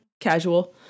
Casual